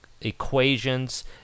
equations